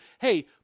hey